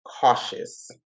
cautious